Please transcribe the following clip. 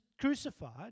crucified